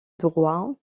droit